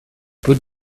put